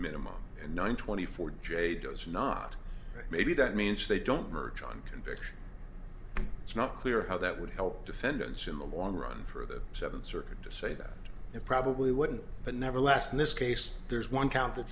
minimum and nine twenty four j does not maybe that means they don't merge on conviction it's not clear how that would help defendants in the long run for the seventh circuit to say that it probably wouldn't but nevertheless this case there's one count